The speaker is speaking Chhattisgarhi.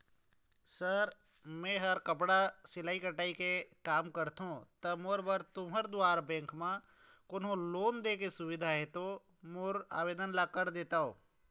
सर मेहर कपड़ा सिलाई कटाई के कमा करत हों ता मोर बर तुंहर बैंक म कोन्हों लोन दे के सुविधा हे ता मोर ला आवेदन कर देतव?